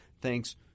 thanks